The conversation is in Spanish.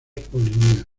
polinias